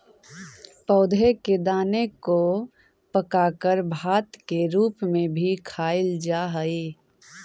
पौधों के दाने को पकाकर भात के रूप में भी खाईल जा हई